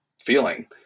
feeling